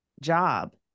job